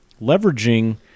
leveraging